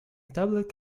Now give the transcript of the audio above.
tablet